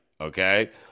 okay